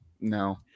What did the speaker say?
No